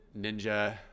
Ninja